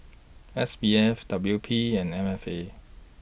S P F W P and M F A